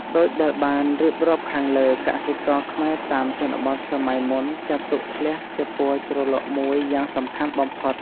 ដូចដែលបានរៀបរាប់ខាងលើ កសិករខ្មែរតាមជនបទសម័យមុនចាត់ទុកធ្លះជាពណ៌ជ្រលក់មួយយ៉ាងសំខាន់បំផុត។